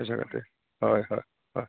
हय हय हय